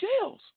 jails